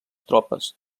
tropes